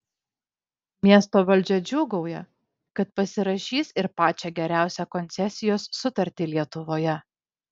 miesto valdžia džiūgauja kad pasirašys ir pačią geriausią koncesijos sutartį lietuvoje